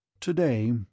Today